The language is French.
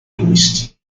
touristes